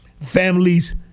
families